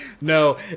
No